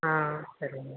ஆ சரிங்க மேம்